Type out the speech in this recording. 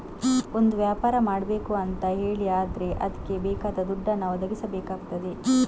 ಒಂದು ವ್ಯಾಪಾರ ಮಾಡ್ಬೇಕು ಅಂತ ಹೇಳಿ ಆದ್ರೆ ಅದ್ಕೆ ಬೇಕಾದ ದುಡ್ಡನ್ನ ಒದಗಿಸಬೇಕಾಗ್ತದೆ